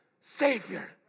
Savior